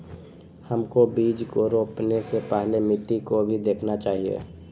हमको बीज को रोपने से पहले मिट्टी को भी देखना चाहिए?